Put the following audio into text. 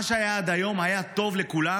מה שהיה עד היום היה טוב לכולם.